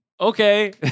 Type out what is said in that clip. okay